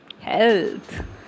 health